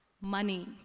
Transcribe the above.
money